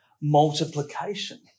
multiplication